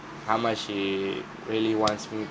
how much she really wants me